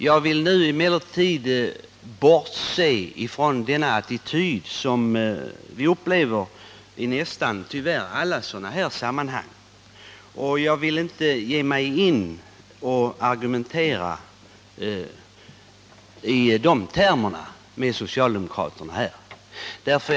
Jag vill nu emellertid bortse ifrån denna attityd, som vi tyvärr kan iaktta i nästan alla sådana här sammanhang. Jag vill inte ge mig in på att argumentera med socialdemokraterna i de termerna.